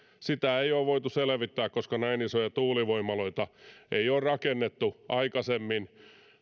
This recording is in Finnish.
sitä ei ole voitu selvittää koska näin isoja tuulivoimaloita ei ole rakennettu aikaisemmin